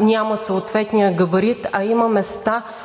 няма съответния габарит, а има места,